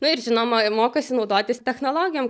na ir žinoma mokosi naudotis technologijom